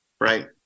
Right